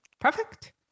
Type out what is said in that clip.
Perfect